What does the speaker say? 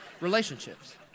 relationships